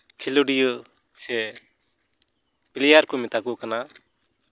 ᱠᱷᱤᱞᱳᱰᱤᱭᱟᱹ ᱥᱮ ᱯᱞᱮᱭᱟᱨ ᱠᱚ ᱢᱮᱛᱟ ᱠᱚ ᱠᱟᱱᱟ